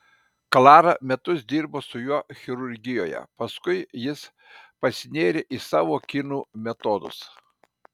klara metus dirbo su juo chirurgijoje paskui jis pasinėrė į savo kinų metodus